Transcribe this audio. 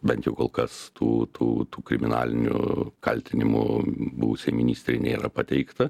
bent jau kol kas tų tų tų kriminalinių kaltinimų buvusiai ministrei nėra pateikta